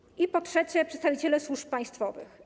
Po trzecie, przedstawiciele służb państwowych.